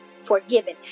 forgiven